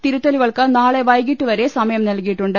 തിരുത്തലുകൾക്ക് നാളെ വൈകീട്ട് നാലുവരെ സമയം നൽകിയിട്ടുണ്ട്